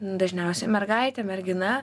dažniausiai mergaitė mergina